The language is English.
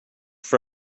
for